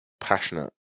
passionate